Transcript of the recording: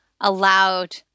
allowed